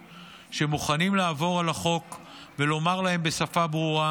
שמוכנים לעבור על החוק ולומר להם בשפה ברורה